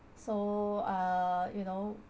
so uh you know